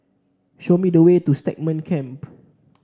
show me the way to Stagmont Camp